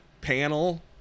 panel